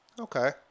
Okay